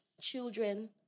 children